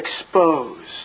exposed